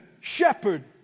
shepherd